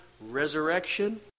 resurrection